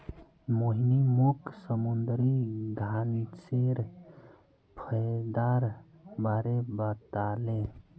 मोहिनी मोक समुंदरी घांसेर फयदार बारे बताले